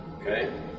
Okay